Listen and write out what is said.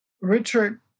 Richard